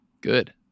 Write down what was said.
good